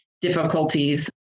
difficulties